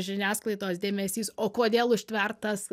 žiniasklaidos dėmesys o kodėl užtvertas